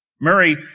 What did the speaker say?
Murray